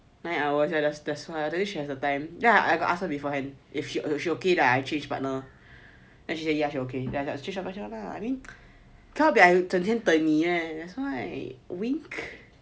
nine hours here that's why I don't think she has the time I got ask her beforehand if she okay lah if I change partner then she say ya she okay lah I mean cannot be 我整天等你 right that's why wink